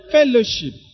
Fellowship